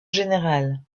général